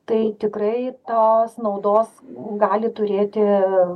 tai tikrai tos naudos gali turėti